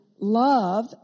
love